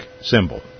symbol